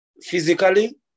physically